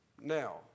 now